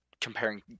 comparing